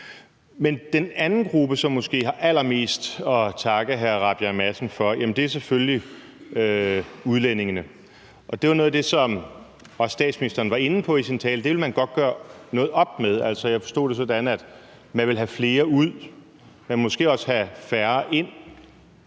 Men den anden gruppe, som måske har allermest at takke hr. Christian Rabjerg Madsen for, er selvfølgelig udlændingene, og det var noget af det, som statsministeren var inde på i sin tale, nemlig at man godt ville gøre op med det. Jeg forstod det sådan, at man ville have flere ud, men måske også have færre en.